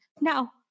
Now